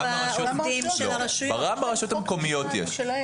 גם ברשויות המקומיות יש.